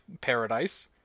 paradise